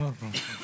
בסדר?